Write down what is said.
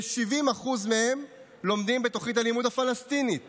כ-70% מהם לומדים בתוכנית הלימוד הפלסטינית